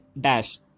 dash